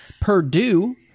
Purdue